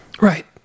Right